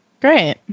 Great